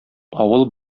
авыл